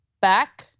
back